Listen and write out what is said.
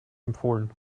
empfohlen